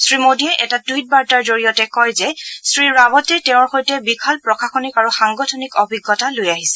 শ্ৰীমোদীয়ে এটা টুইট বাৰ্তাৰ জৰিয়তে কয় যে শ্ৰীৰাৱতে তেওঁৰ সৈতে বিশাল প্ৰশাসনিক আৰু সাংগঠনিক অভিজ্ঞতা লৈ আহিছে